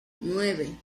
nueve